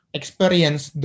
experience